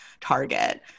target